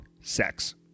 Sex